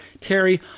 Terry